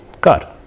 God